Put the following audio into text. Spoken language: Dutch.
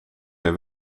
naar